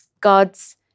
God's